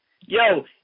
Yo